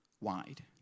wide